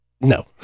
No